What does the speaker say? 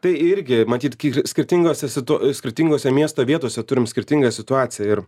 tai irgi matyt kai yr skirtinguose situ skirtinguose miesto vietose turim skirtingą situaciją ir